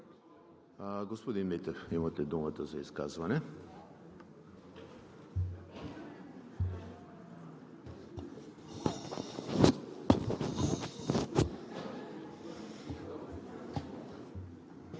Господин Митев, имате думата за изказване.